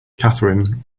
catherine